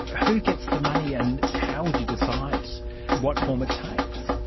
who gets the money and how would you decide what form it takes?